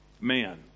man